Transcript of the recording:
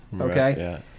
okay